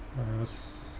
as